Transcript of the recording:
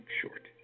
short